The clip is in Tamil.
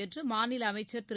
என்று மாநில அமைச்சர் திரு